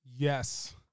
Yes